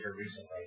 recently